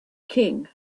king